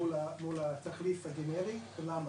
מול התחליף הגנרי ולמה?